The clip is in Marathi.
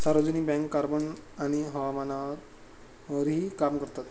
सार्वजनिक बँक कार्बन आणि हवामानावरही काम करतात